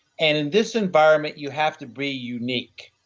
and in this environment you have to be unique.